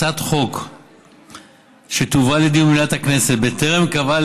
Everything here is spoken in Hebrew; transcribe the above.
הצעת חוק שתובא לדיון במליאת הכנסת בטרם קבעה